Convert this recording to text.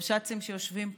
הרבש"צים שיושבים פה,